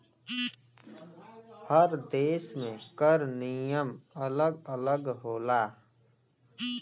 हर देस में कर नियम अलग अलग होला